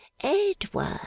Edward